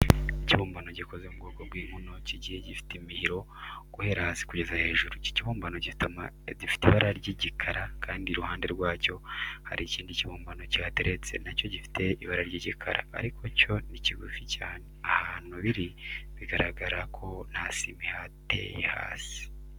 Ikibumbano gikoze mu bwoko bw'inkono kigiye gifite imihiro guhera hasi kugeza hejuru. Iki kibumbano gifite ibara ry'ikigina kandi iruhande rwacyo hari ikindi kibumbano kihateretse na cyo gifite ibara ry'ikigina ariko cyo ni kigufi cyane. Ahantu biri biragaragara ko nta sima ihateye hasi.